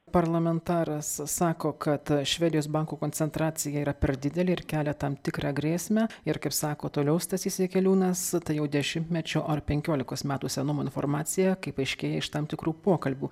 parlamentaras sako kad švedijos bankų koncentracija yra per didelė ir kelia tam tikrą grėsmę ir kaip sako toliau stasys jakeliūnas tai jau dešimtmečio ar penkiolikos metų senumo informacija kaip aiškėja iš tam tikrų pokalbių